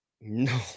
no